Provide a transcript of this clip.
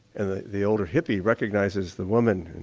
and the the older hippie recognises the woman,